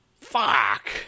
Fuck